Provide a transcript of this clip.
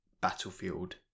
Battlefield